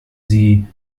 sie